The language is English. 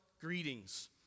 greetings